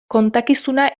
kontakizuna